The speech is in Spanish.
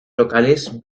locales